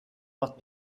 not